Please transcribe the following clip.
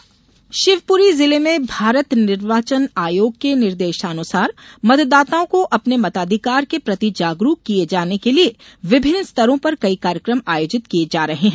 मताधिकार जागरूकता शिवपुरी जिले में भारत निर्वाचन आयोग के निर्देशानुसार मतदाताओं को अपने मताधिकार के प्रति जागरूक किये जाने के लिये विभिन्न स्तरों पर कई कार्यकम आयोजित किये जा रहे है